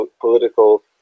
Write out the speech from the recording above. political